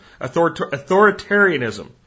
authoritarianism